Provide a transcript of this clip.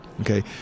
okay